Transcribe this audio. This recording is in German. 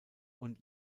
und